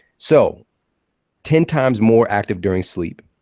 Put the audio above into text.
so ten times more active during sleep,